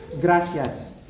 Gracias